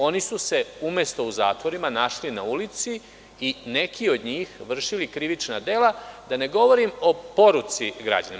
Oni su se umesto u zatvorima našli na ulici i neki od njih vršili krivična dela, da ne govorim o poruci građanima.